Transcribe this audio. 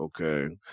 okay